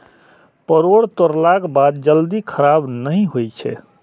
परोर तोड़लाक बाद जल्दी खराब नहि होइ छै